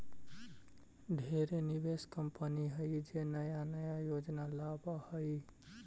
ढेरे निवेश कंपनी हइ जे नया नया योजना लावऽ हइ